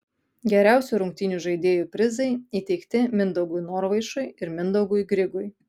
geriausių rungtynių žaidėjų prizai įteikti mindaugui norvaišui ir mindaugui grigui